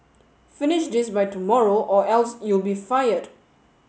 finish this by tomorrow or else you'll be fired